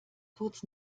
kurz